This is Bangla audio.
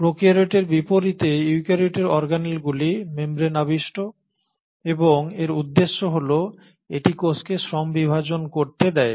প্রোক্যারিওটের বিপরীতে ইউক্যারিওটের অর্গানেলগুলি মেমব্রেন আবিষ্ট এবং এর উদ্দেশ্য হল এটি কোষকে শ্রম বিভাজন করতে দেয়